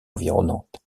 environnantes